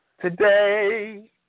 today